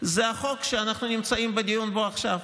זה החוק שאנחנו נמצאים בדיון עליו עכשיו,